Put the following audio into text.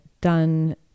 done